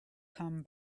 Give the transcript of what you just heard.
come